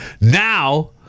Now